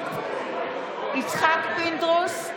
נגד יצחק פינדרוס,